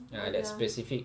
ya that specific